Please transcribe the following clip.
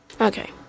Okay